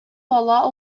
бала